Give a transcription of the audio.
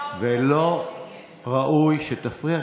ולא ראוי שתפריע.